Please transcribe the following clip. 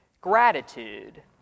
gratitude